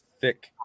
thick